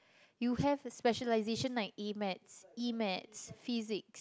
you have specialisation like A-maths E-maths physics